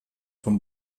von